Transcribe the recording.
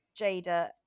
Jada